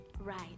Right